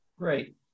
Great